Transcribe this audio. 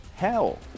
hell